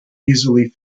easily